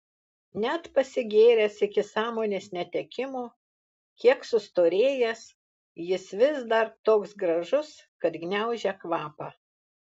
net pasigėręs iki sąmonės netekimo kiek sustorėjęs jis vis dar toks gražus kad gniaužia kvapą